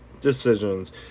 decisions